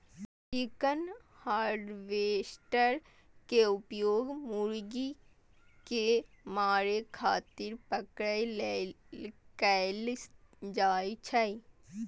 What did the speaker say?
chicken harvester के उपयोग मुर्गी कें मारै खातिर पकड़ै लेल कैल जाइ छै